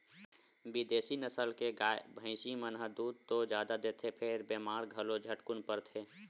बिदेसी नसल के गाय, भइसी मन ह दूद तो जादा देथे फेर बेमार घलो झटकुन परथे